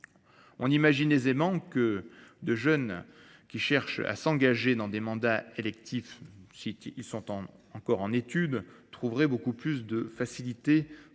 On imagine aisément que de jeunes qui cherchent à s'engager dans des mandats électifs, s'ils sont encore en études, trouveraient beaucoup plus de facilité